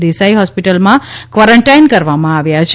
દેસાઈ હોસ્પિટલમાં કવોરનટાઈન કરવામાં આવ્યા છે